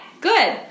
Good